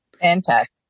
Fantastic